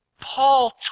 Paul